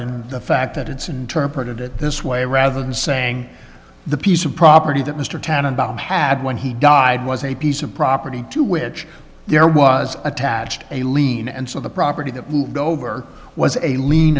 and the fact that it's interpreted it this way rather than saying the piece of property that mr tanenbaum had when he died was a piece of property to which there was attached a lien and so the property that would go over was a l